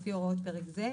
לפי הוראות פרק זה,